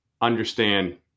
understand